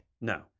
No